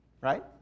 right